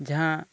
ᱡᱟᱦᱟᱸ